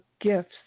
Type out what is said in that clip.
gifts